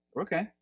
Okay